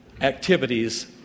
Activities